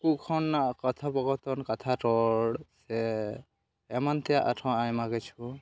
ᱠᱚ ᱠᱷᱚᱱ ᱠᱳᱛᱷᱳᱯᱚᱠᱚᱛᱷᱚᱱ ᱠᱟᱛᱷᱟ ᱨᱚᱲ ᱥᱮ ᱮᱢᱟᱱ ᱛᱮᱭᱟᱜ ᱟᱨᱦᱚᱸ ᱟᱭᱢᱟ ᱠᱤᱪᱷᱩ